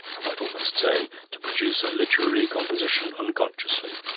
i might almost say, to produce a literary composition unconsciously.